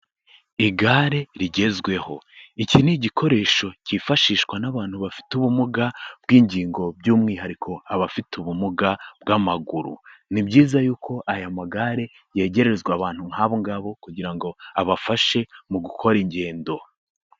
Igare rigezweho. Iki ni igikoresho cyifashishwa n'abantu bafite ubumuga bw'ingingo by'umwihariko abafite ubumuga bw'amaguru. Ni byiza yuko aya magare yegerezwa abantu nk'abo ngabo kugira ngo abafashe mu gukora ingendo.